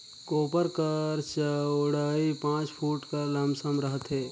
कोपर कर चउड़ई पाँच फुट कर लमसम रहथे